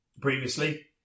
previously